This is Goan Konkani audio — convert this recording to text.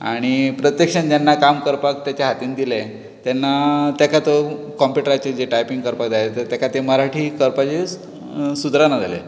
आनी प्रत्यक्षांत जेन्ना काम करपाक तेच्या हातींत दिलें तेन्ना तेका तो कंप्युटराचेर जे टायपिंग करपाक जाय तर तेका तें मराठी करपाचें सुदरना जालें